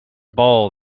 ball